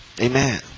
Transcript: Amen